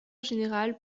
général